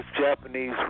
Japanese